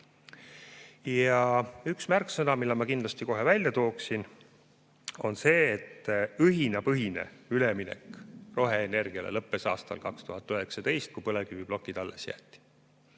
Üks märksõna, mille ma kindlasti kohe välja tooksin, on see, et õhinapõhine üleminek roheenergiale lõppes aastal 2019, kui põlevkiviplokid jäeti